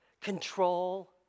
control